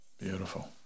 Beautiful